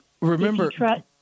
remember